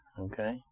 okay